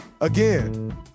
Again